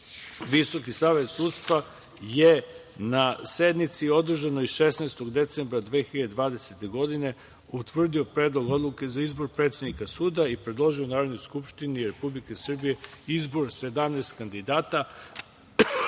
Visoki savet sudstava je na sednici održanoj 16. decembra 2020. godine utvrdio Predlog odluke za izbor predsednika suda i predložio Narodnoj skupštini Republike Srbije izbor 17 kandidata,